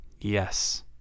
yes